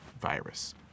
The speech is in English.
virus